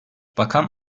bakan